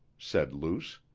said luce.